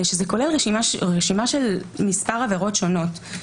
זה כולל רשימה של מספר עבירות שונות,